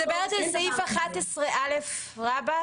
מדברת על סעיף 11א רבתי,